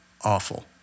awful